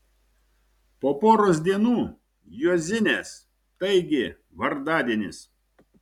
po poros dienų juozinės taigi vardadienis